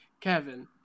Kevin